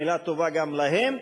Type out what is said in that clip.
מלה טובה גם להם,